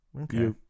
Okay